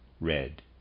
red